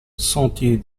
sentier